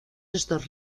estos